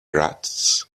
rats